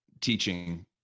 teaching